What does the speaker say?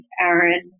Aaron